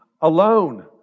alone